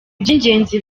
by’ingenzi